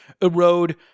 erode